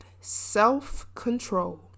self-control